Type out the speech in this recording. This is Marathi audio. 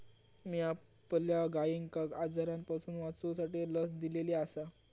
मी आपल्या गायिंका आजारांपासून वाचवूसाठी लस दिलेली आसा